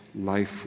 life